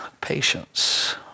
patience